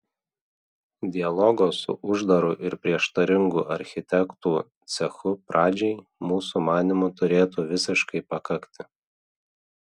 dialogo su uždaru ir prieštaringu architektų cechu pradžiai mūsų manymu turėtų visiškai pakakti